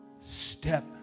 step